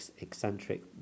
eccentric